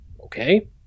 Okay